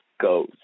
goes